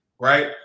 Right